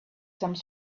some